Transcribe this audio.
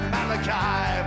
Malachi